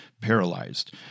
paralyzed